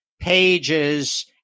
pages